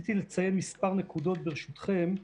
רציתי לציין מספר נקודות, ברשותכם.